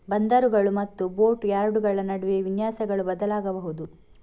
ಬಂದರುಗಳು ಮತ್ತು ಬೋಟ್ ಯಾರ್ಡುಗಳ ನಡುವೆ ವಿನ್ಯಾಸಗಳು ಬದಲಾಗಬಹುದು